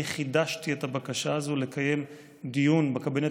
אני חידשתי את הבקשה הזו לקיים דיון בקבינט